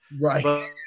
Right